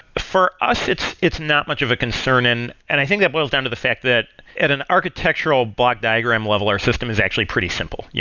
for us, it's it's not much of a concern. and and i think that boils down to the fact that at an architectural bot diagram level, our system is actually pretty simple. yeah